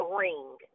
ring